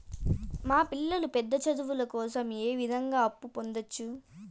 మా పిల్లలు పెద్ద చదువులు కోసం ఏ విధంగా అప్పు పొందొచ్చు?